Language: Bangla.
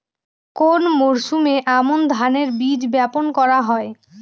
কোন মরশুমে আমন ধানের বীজ বপন করা হয়?